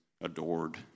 adored